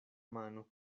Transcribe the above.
mano